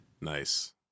Nice